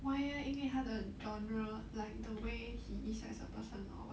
why eh 因为他的 genre like the way he is as a person or what